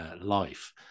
life